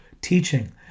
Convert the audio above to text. teaching